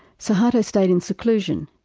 suharto stayed in seclusion,